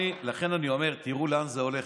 לכן אני אומר, תראו לאן זה הולך.